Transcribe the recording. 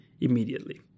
immediately